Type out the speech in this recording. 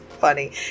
funny